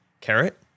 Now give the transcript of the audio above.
carrot